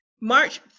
March